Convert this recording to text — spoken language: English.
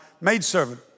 maidservant